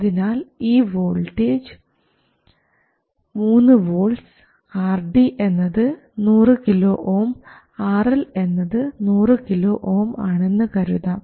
അതിനാൽ ഈ voltage 3 volts RD എന്നത് 100 KΩ RL എന്നത് 100 KΩ ആണെന്ന് കരുതാം